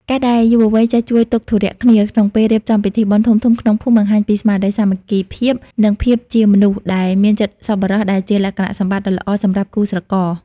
ការដែលយុវវ័យចេះជួយទុក្ខធុរៈគ្នា ក្នុងពេលរៀបចំពិធីបុណ្យធំៗក្នុងភូមិ បង្ហាញពីស្មារតីសាមគ្គីភាព និងភាពជាមនុស្សដែលមានចិត្តសប្បុរស ដែលជាលក្ខណៈសម្បត្តិដ៏ល្អសម្រាប់គូស្រករ។